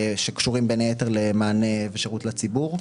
שקשורים בין היתר למענה ושירות לציבור.